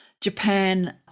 Japan